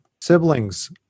siblings